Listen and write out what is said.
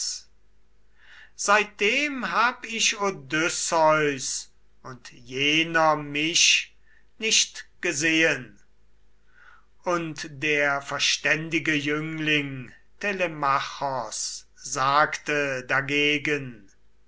seitdem hab ich odysseus und jener mich nicht gesehen und der verständige jüngling telemachos sagte dagegen